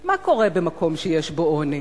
מה קורה במקום שיש בו עוני?